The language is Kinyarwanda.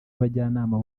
abajyanama